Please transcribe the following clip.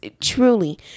truly